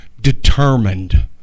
determined